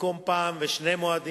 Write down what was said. במקום פעם אחת בשני מועדים.